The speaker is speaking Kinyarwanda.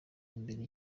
mbere